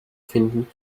finden